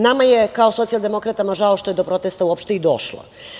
Nama je kao socijaldemokratama žao što je do protesta uopšte i došlo.